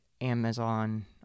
Amazon